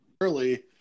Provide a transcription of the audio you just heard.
early